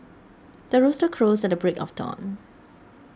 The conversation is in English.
the rooster crows at the break of dawn